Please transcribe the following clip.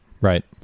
Right